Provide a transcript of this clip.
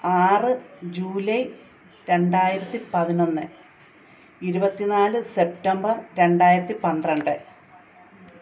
ആറ് ജൂലൈ രണ്ടായിരത്തി പതിനൊന്ന് ഇരുപത്തിനാല് സെപ്റ്റംബർ രണ്ടായിരത്തി പന്ത്രണ്ട്